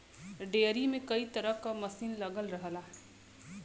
dairy में कई तरे क मसीन लगल रहला